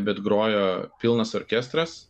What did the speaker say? bet grojo pilnas orkestras